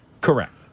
Correct